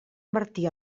martí